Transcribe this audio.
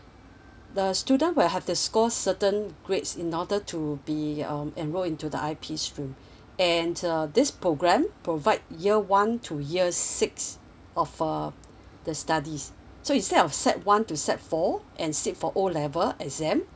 the student will have to score certain grades in order to be um enroll into the I_P steam and uh this program provide year one to years six of uh the studies so instead of sec one to sec four and sit for O level exam